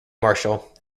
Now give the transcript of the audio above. marshall